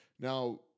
Now